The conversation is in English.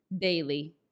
daily